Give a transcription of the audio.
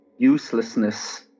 uselessness